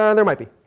um there might be,